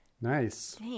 Nice